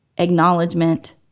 Acknowledgement